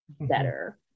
better